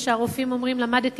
והרופאים אומרים: למדתי